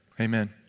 Amen